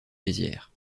mézières